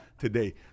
today